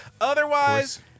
Otherwise